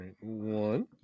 one